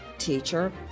teacher